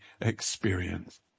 experience